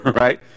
right